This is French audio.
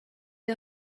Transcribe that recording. est